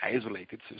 isolated